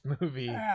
movie